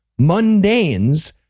mundanes